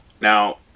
now